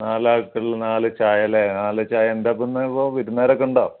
നാല് ആൾക്കുള്ള നാല് ചായ അല്ലെ നാല് ചായ എന്താപ്പിന്നെ വിരുന്നുകാരൊക്കൊ ഉണ്ടോ